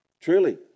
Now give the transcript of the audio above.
Truly